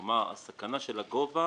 כלומר, הסכנה של הגובה